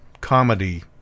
comedy